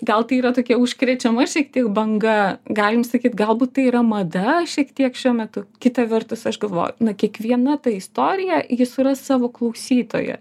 gal tai yra tokia užkrečiama šiek tiek banga galim sakyt galbūt tai yra mada šiek tiek šiuo metu kita vertus aš galvoju na kiekviena ta istorija ji suras savo klausytoją